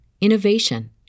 innovation